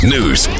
News